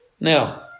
Now